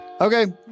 Okay